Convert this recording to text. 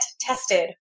tested